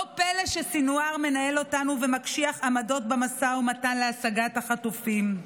לא פלא שסנוואר מנהל אותנו ומקשיח עמדות במשא ומתן להשגת החטופים.